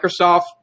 Microsoft